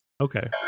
okay